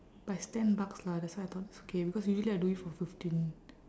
but it's ten bucks lah that's why I thought it's okay because usually I do it for fifteen